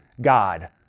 God